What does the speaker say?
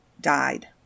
died